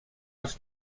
els